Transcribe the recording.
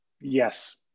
Yes